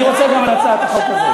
אני רוצה גם על הצעת החוק הזאת.